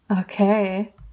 Okay